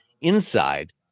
inside